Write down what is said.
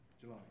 July